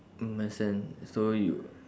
mm understand so you